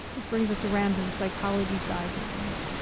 this brings us around to the psychology guidelines,